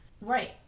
right